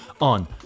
on